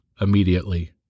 immediately